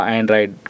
Android